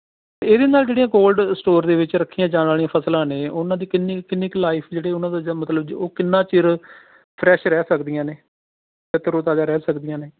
ਇਹਦੇ ਨਾਲ ਜਿਹੜੀਆਂ ਕੋਲਡ ਸਟੋਰ ਦੇ ਵਿੱਚ ਰੱਖੀਆਂ ਜਾਣ ਵਾਲੀਆਂ ਫਸਲਾਂ ਨੇ ਉਨ੍ਹਾਂ ਦੀ ਕਿੰਨੀ ਕਿੰਨੀ ਕੁ ਲਾਈਫ ਜਿਹੜੀ ਉਨ੍ਹਾਂ ਚੀਜ਼ਾਂ ਮਤਲਬ ਜ ਉਹ ਕਿੰਨਾ ਚਿਰ ਫਰੈਸ਼ ਰਹਿ ਸਕਦੀਆਂ ਨੇ ਜਾਂ ਤਰੋਤਾਜ਼ਾ ਰਹਿ ਸਕਦੀਆਂ ਨੇ